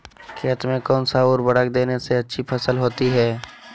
खेत में कौन सा उर्वरक देने से अच्छी फसल होती है?